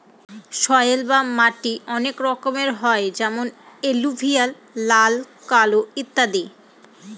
soil বা মাটি অনেক রকমের হয় যেমন এলুভিয়াল, লাল, কালো ইত্যাদি